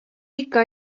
ikka